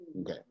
Okay